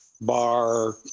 bar